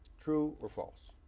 true or false?